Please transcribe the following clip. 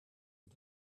und